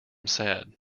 sad